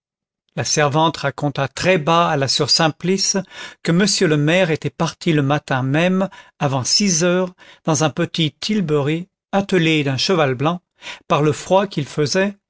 la servante raconta très bas à la soeur simplice que m le maire était parti le matin même avant six heures dans un petit tilbury attelé d'un cheval blanc par le froid qu'il faisait